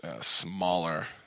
smaller